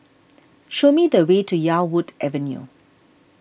show me the way to Yarwood Avenue